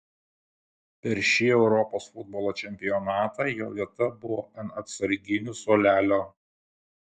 per šį europos futbolo čempionatą jo vieta buvo ant atsarginių suolelio